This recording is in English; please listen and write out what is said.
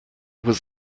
was